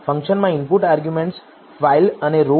ફંકશનમાં input arguments file અને row